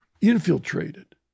infiltrated